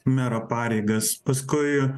mero pareigas paskui